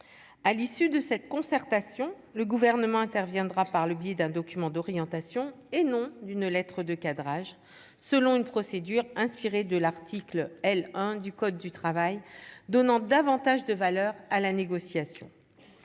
à l'issue de cette concertation, le gouvernement interviendra par le biais d'un document d'orientation et non d'une lettre de cadrage selon une procédure inspirée de l'article L 1 du code du travail donnant davantage de valeur à la négociation,